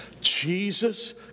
Jesus